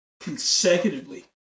consecutively